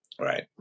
Right